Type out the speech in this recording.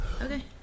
Okay